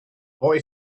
boy